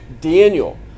Daniel